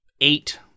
eight